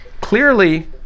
clearly